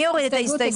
מי הוריד את ההסתייגות?